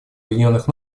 объединенных